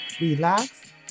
relax